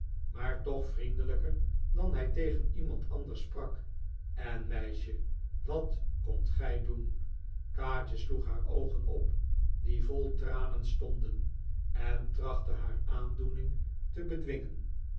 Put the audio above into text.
maar toch vriendelijker dan hij tegen iemand anders sprak en meisje wat komt gij doen kaatje sloeg haar oogen op die vol tranen stonden en trachtte haar aandoening te bedwingen